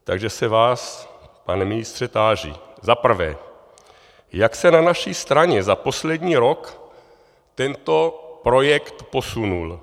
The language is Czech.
Takže se vás, pane ministře, táži za prvé: Jak se na naší straně za poslední rok tento projekt posunul?